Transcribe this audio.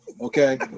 okay